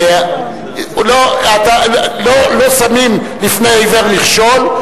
לא שמים לפני עיוור מכשול,